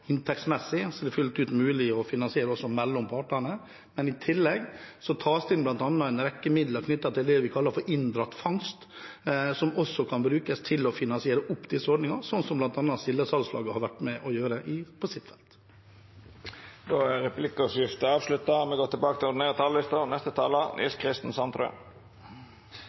inntektsmessig, så det er fullt ut mulig å finansiere også mellom partene, men i tillegg tas det inn bl.a. en rekke midler knyttet til vi kaller innbrakt fangst, som også kan brukes til å finansiere opp disse ordningene, noe bl.a. Sildesalgslaget har vært med på å gjøre på sitt felt. Replikkordskiftet er